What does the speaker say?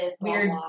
weird